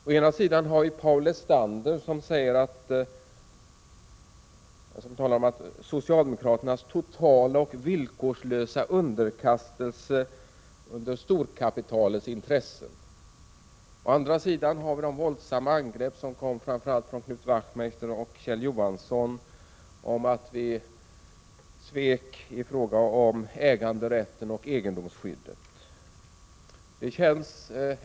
Å ena sidan har vi Paul Lestander som talar om socialdemokraternas totala och villkorslösa underkastelse under storkapitalets intressen, å andra sidan har vi de våldsamma angrepp som kommit framför allt från Knut Wachtmeister och Kjell Johansson om att vi har svikit i fråga om äganderätten och egendomsskyddet.